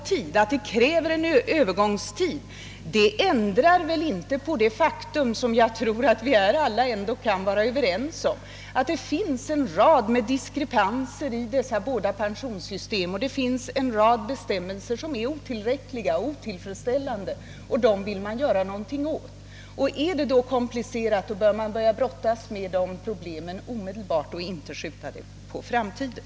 Ty att en övergångstid krävs ändrar väl inte på det faktum som jag tror att vi alla ändå kan vara överens om, nämligen att det finns en rad diskrepanser i dessa båda pensionssystem och en rad bestämmelser som är otillräckliga och otillfredsställande. Dem vill man göra något åt, och är detta då komplicerat bör man börja brottas med problemen omedelbart och inte skjuta saken på framtiden.